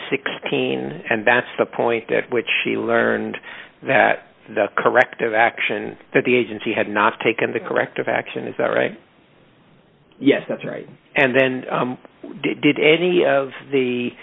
sixteen and that's the point at which she learned that the corrective action that the agency had not taken the corrective action is that right yes that's right and then did any of the